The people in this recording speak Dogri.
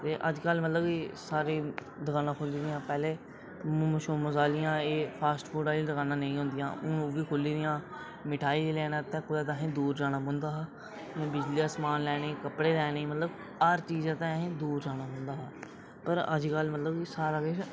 ते अजकल मतलब कि सारें दियां दकानां खुह्ल्ली दियां मतलब पैह्लें कि एह् मोमोज़ फॉस्ट फूड आह्लियां दकानां नेईं होंदियां हियां हून एह्बी खुह्ल्ली दियां ते मठाई लैने आस्तै असें गी दूर जाना पौंदा हा हून बिजली दा समान लैने गी कपड़े लैने गी मतलब हर चीज़ लैने गी दूर जाना पौंदा हा पर अजकल मतलब कि सारा किश